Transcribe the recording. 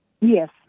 Yes